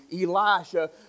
Elisha